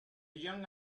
young